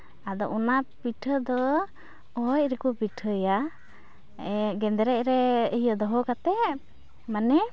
ᱟᱫᱚ ᱚᱱᱟ ᱯᱤᱴᱷᱟᱹ ᱫᱚ ᱚᱦᱚᱡ ᱨᱮᱠᱚ ᱯᱤᱴᱷᱟᱹᱭᱟ ᱜᱮᱸᱫᱽᱨᱮᱡ ᱨᱮ ᱤᱭᱟᱹ ᱫᱚᱦᱚ ᱠᱟᱛᱮᱫ ᱢᱟᱱᱮ